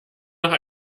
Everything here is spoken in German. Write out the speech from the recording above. noch